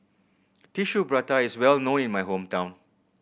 Tissue Prata is well known in my hometown